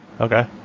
okay